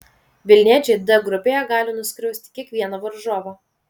vilniečiai d grupėje gali nuskriausti kiekvieną varžovą